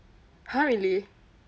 !huh! really